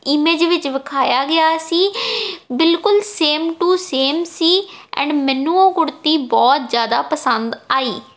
image ਵਿੱਚ ਵਿਖਾਇਆ ਗਿਆ ਸੀ ਬਿਲਕੁਲ ਸੇਮ ਟੂ ਸੇਮ ਸੀ ਐਂਡ ਮੈਨੂੰ ਉਹ ਕੁੜਤੀ ਬਹੁਤ ਜ਼ਿਆਦਾ ਪਸੰਦ ਆਈ